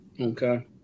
Okay